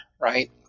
right